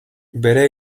bere